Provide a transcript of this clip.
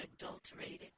adulterated